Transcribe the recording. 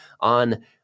on